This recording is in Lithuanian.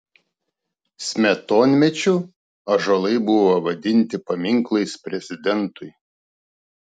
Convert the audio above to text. smetonmečiu ąžuolai buvo vadinti paminklais prezidentui